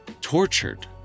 tortured